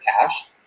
cash